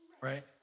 right